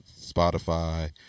Spotify